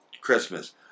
Christmas